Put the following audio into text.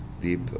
deep